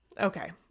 Okay